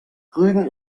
rügen